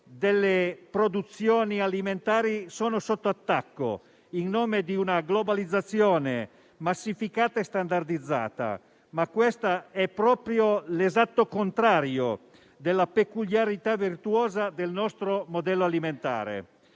delle produzioni alimentari sono sotto attacco, in nome di una globalizzazione massificata e standardizzata. Questo però è proprio l'esatto contrario della peculiarità virtuosa del nostro modello alimentare.